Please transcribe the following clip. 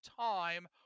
time